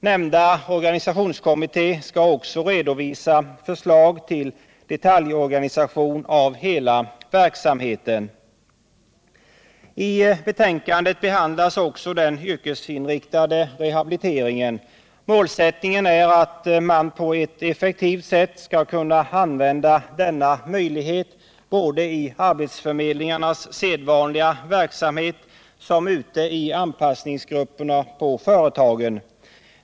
Nämnda organisationskommitté skall också redovisa förslag till detaljorganisation av hela verksamheten. I betänkandet behandlas också den yrkesinriktade rehabiliteringen. Målsättningen är att man på ett effektivt sätt skall kunna använda denna möjlighet både i arbetsförmedlingarnas sedvanliga verksamhet och ute i anpassningsgrupperna på företagen.